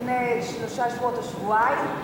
לפני שלושה שבועות או שבועיים,